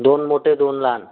दोन मोठे दोन लहान